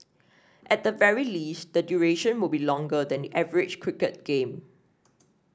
at the very least the duration will be longer than the average cricket game